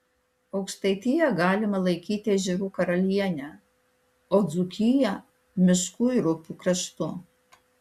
aukštaitiją galima laikyti ežerų karaliene o dzūkiją miškų ir upių kraštu